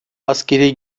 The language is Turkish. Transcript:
askeri